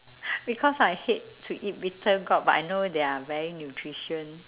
because I hate to eat bittergourd but I know they are very nutrition